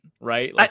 right